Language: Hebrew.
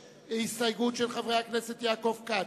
הסתייגות של חברי הכנסת יעקב כץ,